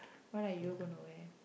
what are you gonna wear